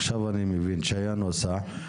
עכשיו אני מבין שהיה נוסח,